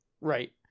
Right